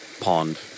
pond